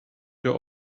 der